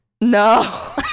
No